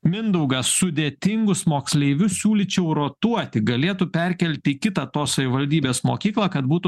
mindaugas sudėtingus moksleivius siūlyčiau rotuoti galėtų perkelt į kitą tos savivaldybės mokyklą kad būtų